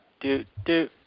Do-do